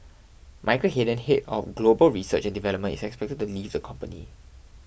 Michael Hayden head of global research and development expected to leave the company